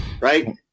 Right